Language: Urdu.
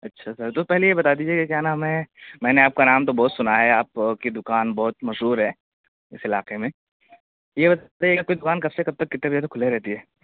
اچھا سر تو پہلے یہ بتا دیجیے کہ کیا نام ہے میں نے آپ کا نام تو بہت سنا ہے آپ کی دکان بہت مشہور ہے اس علاقے میں یہ بتائیے کہ آپ کی دکان کب سے کب تک کتنے بجے تک کھلی رہتی ہے